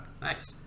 Nice